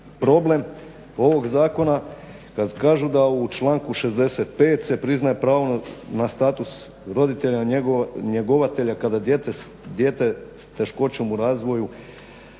problem ovog zakona kad kažu da u članku 65 se priznaje pravo na status roditelja, njegovatelja kada dijete s teškoćom u razvoju